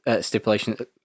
stipulation